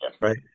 right